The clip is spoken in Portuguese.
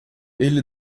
ele